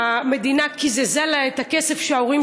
המדינה קיזזה לה את סכום הכסף שההורים